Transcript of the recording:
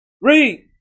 Read